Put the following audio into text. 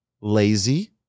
lazy